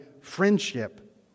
friendship